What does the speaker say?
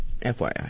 FYI